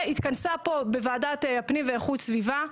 והתכנסה פה, בוועדת פנים ואיכות סביבה,